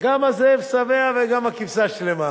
גם הזאב שבע וגם הכבשה שלמה,